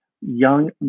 young